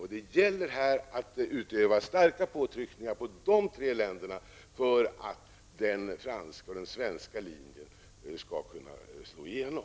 Här gäller det att utöva starka påtryckningar på dessa tre länder för att den franska och den svenska linjen skall kunna slå igenom.